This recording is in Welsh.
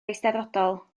eisteddfodol